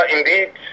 indeed